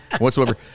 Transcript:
whatsoever